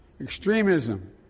EXTREMISM